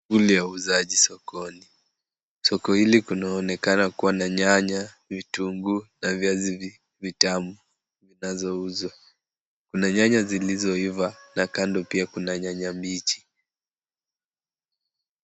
Shughuli ya uuzaji sokoni. Soko hili kunaonekana kuwa nyanya, vitunguu na viazi vitamu zinazouzwa. Kuna nyanya zilizoiva na kando pia kuna nyanya mbichi.